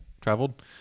traveled